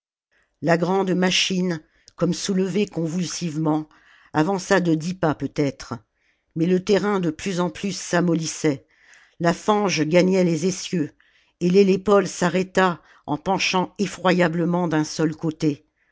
la grande machine comme soulevée convulsivement avança de dix pas peut-être mais le terrain de plus en plus s'amollissait la fange gagnait les essieux et l'hélépole s'arrêta en penchant effroyablement d'un seul côté